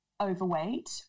overweight